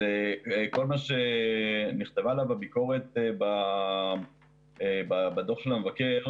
כל מה שנכתב בדוח המבקר,